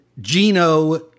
Gino